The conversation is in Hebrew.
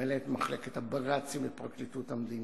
מנהלת מחלקת הבג"צים, פרקליטות המדינה,